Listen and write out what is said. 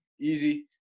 Easy